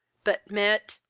but met,